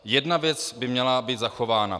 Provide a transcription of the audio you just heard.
Jedna věc by měla být zachována.